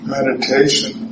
Meditation